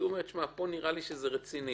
אז הוא אומר: פה נראה לי שזה רציני,